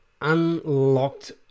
unlocked